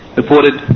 reported